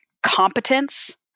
competence